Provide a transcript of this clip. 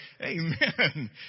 amen